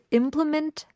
implement